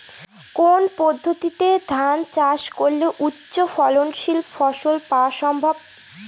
কোন পদ্ধতিতে ধান চাষ করলে উচ্চফলনশীল ফসল পাওয়া সম্ভব?